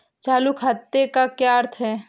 चालू खाते का क्या अर्थ है?